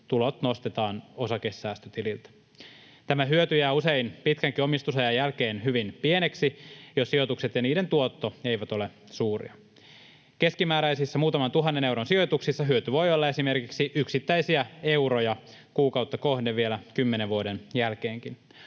tulot nostetaan osakesäästötililtä. Tämä hyöty jää usein pitkänkin omistusajan jälkeen hyvin pieneksi, jos sijoitukset ja niiden tuotto eivät ole suuria. Keskimääräisissä muutaman tuhannen euron sijoituksissa hyöty voi olla esimerkiksi yksittäisiä euroja kuukautta kohden vielä kymmenen vuoden jälkeenkin.